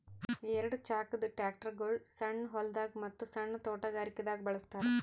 ಎರಡ ಚಾಕದ್ ಟ್ರ್ಯಾಕ್ಟರ್ಗೊಳ್ ಸಣ್ಣ್ ಹೊಲ್ದಾಗ ಮತ್ತ್ ಸಣ್ಣ್ ತೊಟಗಾರಿಕೆ ದಾಗ್ ಬಳಸ್ತಾರ್